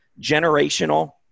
generational